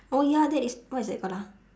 oh ya that is what is that called ah